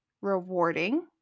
rewarding